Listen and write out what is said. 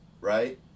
right